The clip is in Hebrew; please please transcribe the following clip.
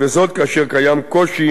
וזאת כאשר קיים קושי